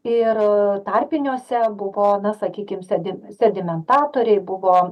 ir tarpiniuose buvo na sakykim sedime sedimentatoriai buvo